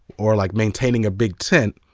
or like maintaining a big tent,